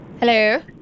Hello